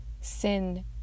Sin